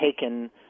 taken